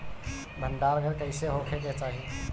भंडार घर कईसे होखे के चाही?